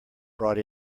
brought